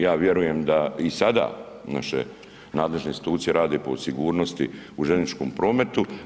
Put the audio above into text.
Ja vjerujem da i sada naše nadležne institucije rade po sigurnosti u željezničkom prometu.